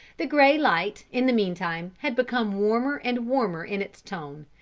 the grey light, in the meantime, had become warmer and warmer in its tone,